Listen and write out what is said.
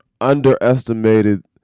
underestimated